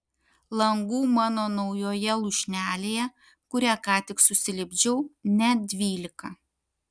langų mano naujoje lūšnelėje kurią ką tik susilipdžiau net dvylika